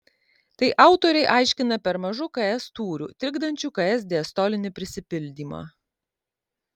tai autoriai aiškina per mažu ks tūriu trikdančiu ks diastolinį prisipildymą